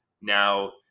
now